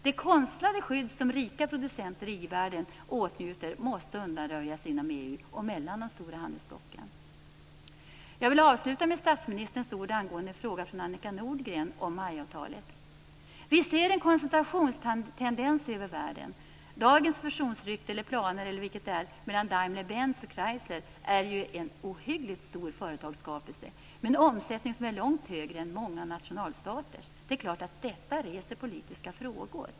Det konstlade skydd som rika producenter i i-världen åtnjuter måste undanröjas inom EU och mellan de stora handelsblocken. Jag vill avsluta med statsministerns ord angående en fråga från Annika Nordgren om MAI-avtalet: Vi ser en koncentrationstendens över världen. Dagens fusionsrykte eller planer, vilket det nu är, mellan Daimler-Benz och Chrysler är ju en ohyggligt stor företagsskapelse med en omsättning som är långt större än många nationalstaters. Det är klart att detta reser politiska frågor.